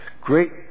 great